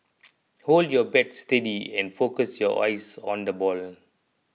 hold your bat steady and focus your eyes on the ball